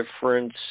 difference